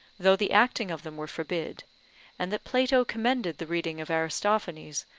though the acting of them were forbid and that plato commended the reading of aristophanes,